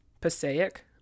Passaic